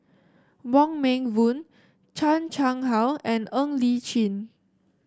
Wong Meng Voon Chan Chang How and Ng Li Chin